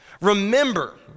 remember